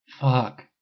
Fuck